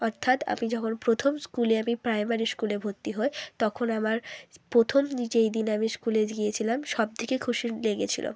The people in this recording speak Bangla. অর্থাৎ আমি যখন প্রথম স্কুলে আমি প্রাইমারি স্কুলে ভর্তি হই তখন আমার প্রথম যেই দিন আমি স্কুলে গিয়েছিলাম সব থেকে খুশি লেগেছিলো